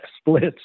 splits